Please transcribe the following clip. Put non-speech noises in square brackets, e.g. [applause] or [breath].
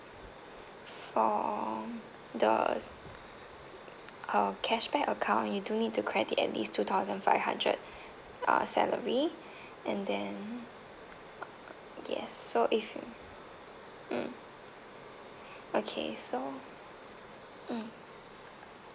for the uh cashback account you do need to credit at least two thousand five hundred [breath] uh salary [breath] and then yes so if mm okay so mm